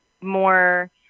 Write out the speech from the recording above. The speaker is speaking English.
more